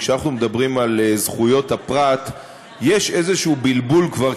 וכשאנחנו מדברים על זכויות הפרט יש איזה בלבול כבר.